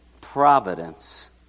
providence